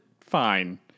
fine